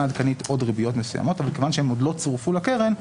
העדכנית עודד ריביות מסוימות אבל מכיוון שהן עוד לא צורפו לקרן,